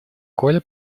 коля